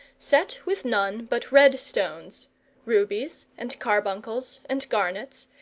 set with none but red stones rubies and carbuncles and garnets,